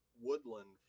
woodland